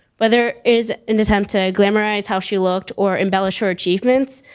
whether is an attempt to glamorize how she looked or embellish your achievements,